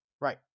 Right